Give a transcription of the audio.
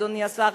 אדוני השר,